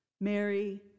Mary